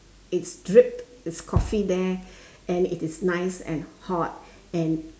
it's dripped it's coffee there and it is nice and hot and